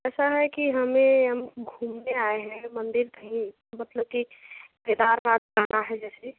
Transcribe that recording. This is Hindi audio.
ऐसा है कि हमें हम घूमने आएँ हैं मंदिर कहीं मतलब कि केदारनाथ जाना है जैसे